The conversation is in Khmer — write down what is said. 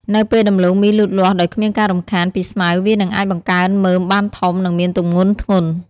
នៅពេលដំឡូងមីលូតលាស់ដោយគ្មានការរំខានពីស្មៅ វានឹងអាចបង្កើនមើមបានធំ និងមានទម្ងន់ធ្ងន់។